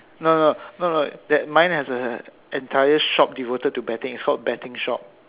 no no no no that mine has an entire shop devoted to betting it's called betting shop